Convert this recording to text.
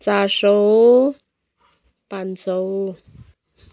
चार सौ पाँच सौ